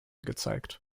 gezeigt